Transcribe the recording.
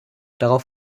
darauf